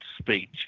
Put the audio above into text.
speech